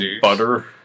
butter